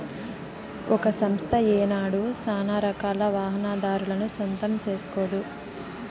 ఒక సంస్థ ఏనాడు సానారకాల వాహనాదారులను సొంతం సేస్కోదు